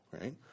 right